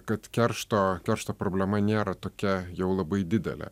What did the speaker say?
kad keršto keršto problema nėra tokia jau labai didelė